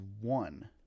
one